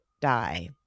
die